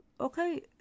okay